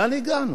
לאן הגענו?